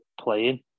playing